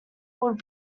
would